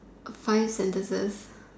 five sentences